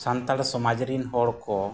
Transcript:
ᱥᱟᱱᱛᱟᱲ ᱥᱚᱢᱟᱡᱽ ᱨᱮᱱ ᱦᱚᱲᱠᱚ